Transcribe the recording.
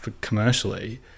commercially